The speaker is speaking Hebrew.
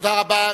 תודה רבה.